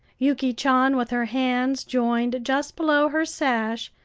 yuki chan, with her hands joined just below her sash,